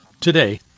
today